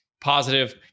positive